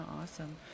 Awesome